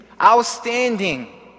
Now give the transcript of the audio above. Outstanding